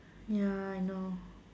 ya I know